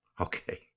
Okay